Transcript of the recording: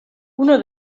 uno